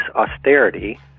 Austerity